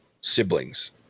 siblings